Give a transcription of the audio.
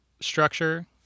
structure